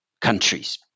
countries